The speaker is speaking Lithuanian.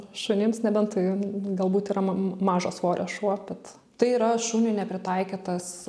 šunims nebent tai galbūt yra mažo svorio šuo bet tai yra šuniui nepritaikytas